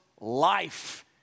life